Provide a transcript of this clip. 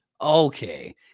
okay